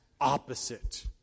opposite